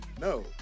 No